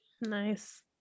Nice